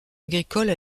agricole